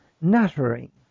nattering